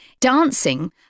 Dancing